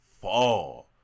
fall